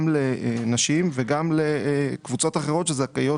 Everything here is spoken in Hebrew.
גם לנשים וגם לקבוצות אחרות שזכאיות